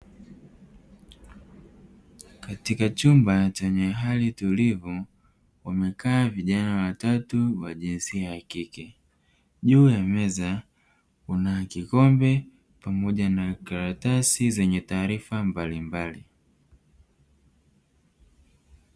Katika chumba chenye hali tulivu wamekaa vijana watatu wa jinsia ya kike juu ya meza kuna kikombe pamoja na karatasi zenye taarifa mbalimbali.